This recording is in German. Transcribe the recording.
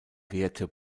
werte